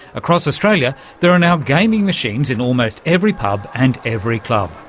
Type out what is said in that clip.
across australia there are now gaming machines in almost every pub and every club,